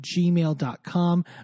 gmail.com